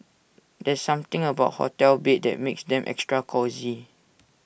there's something about hotel beds that makes them extra cosy